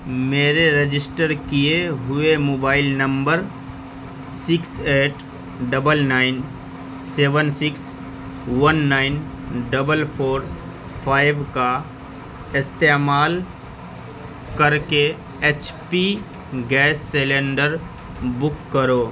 میرے رجسٹر کیے ہوئے mobile number six eight double nine seven six one nine double four five کا استعمال کر کے H P gas cylinder book کرو